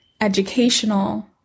educational